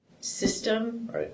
system